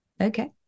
Okay